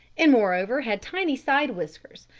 and moreover, had tiny side whiskers,